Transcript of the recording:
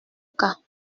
cas